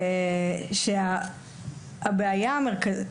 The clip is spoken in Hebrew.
שהבעיה המרכזית,